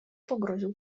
pogroził